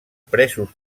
presos